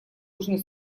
южный